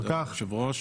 תודה, אדוני היושב-ראש.